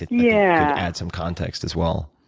yeah add some context, as well.